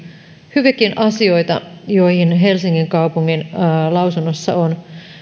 hyviäkin asioita niihin helsingin kaupungin lausunnossa on